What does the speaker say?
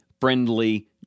friendly